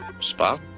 Spot